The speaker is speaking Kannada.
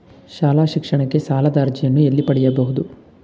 ಶಾಲಾ ಶಿಕ್ಷಣಕ್ಕೆ ಸಾಲದ ಅರ್ಜಿಯನ್ನು ಎಲ್ಲಿ ಪಡೆಯಬಹುದು?